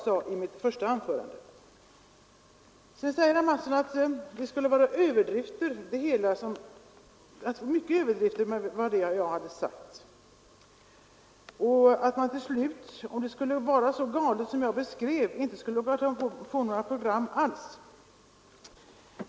Herr Mattsson ansåg att mycket av vad jag sade var överdrifter och att vi, om det skulle vara så galet som jag beskrev det, till slut inte skulle få några program alls.